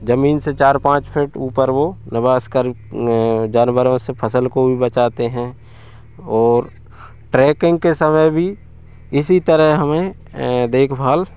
ज़मीन से चार पाँच फ़िट ऊपर वह निवास कर जानवरों से फसल को भी बचाते हैं और ट्रैकिंग के समय भी इसी तरह हमें देखभाल